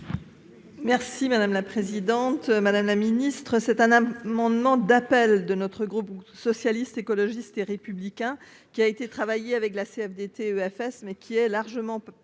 Merci madame la présidente, madame la Ministre, c'est un amendement d'appel de notre groupe, socialiste, écologiste et républicain, qui a été travaillé avec la CFDT EFS mais qui est largement partagée